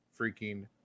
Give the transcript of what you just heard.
freaking